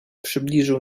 przybliżył